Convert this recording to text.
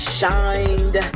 shined